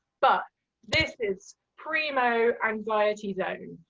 but this is primo anxiety zone.